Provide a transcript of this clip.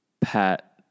pat